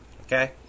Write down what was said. Okay